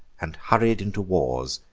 and hurried into wars!